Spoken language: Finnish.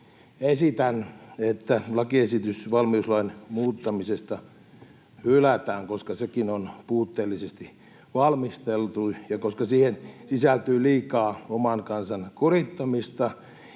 Esitän, että lakiesitys valmiuslain muuttamisesta hylätään, koska sekin on puutteellisesti valmisteltu ja koska siihen sisältyy liikaa oman kansan kurittamista